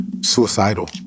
suicidal